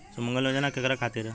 सुमँगला योजना केकरा खातिर ह?